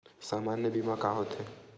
सामान्य बीमा का होथे?